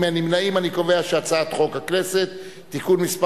(תיקון מס'